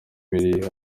ibiri